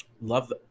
Love